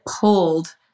pulled